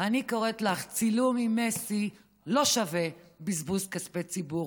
אני קוראת לך: צילום עם מסי לא שווה בזבוז כספי ציבור.